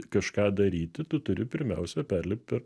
kažką daryti tu turi pirmiausia perlipt